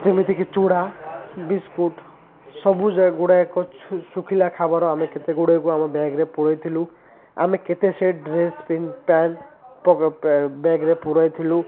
ଯେମିତିକି ଚୁଡ଼ା ବିସ୍କୁଟ୍ ସବୁଗୁଡ଼ାକ ଶୁଖିଲା ଖବାର ଆମେ କେତେଗୁଡ଼ାକୁ ଆମ ବ୍ୟାଗ୍ରେ ପୂରେଇଥିଲୁ ଆମେ କେତେ ସେଟ୍ ଡ୍ରେସ୍ ପ୍ୟାଣ୍ଟ ବ୍ୟାଗ୍ରେ ପୂରେଇଥିଲୁ